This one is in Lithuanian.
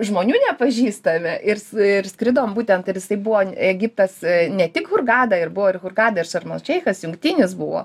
žmonių nepažįstame irs ir skridom būtent ir jisai buvo egiptas ne tik hurgadą ir buvo ir hurgada ir sermol šeichas jungtinis buvo